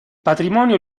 patrimonio